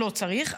לא צריך,